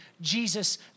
Jesus